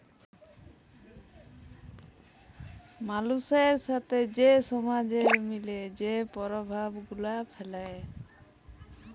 মালুসের সাথে যে সমাজের মিলে যে পরভাব গুলা ফ্যালে